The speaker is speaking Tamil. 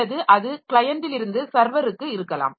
அல்லது அது க்ளையண்டிலிருந்து சர்வருக்கு இருக்கலாம்